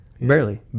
barely